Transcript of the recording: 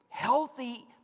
Healthy